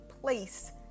place